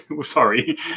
sorry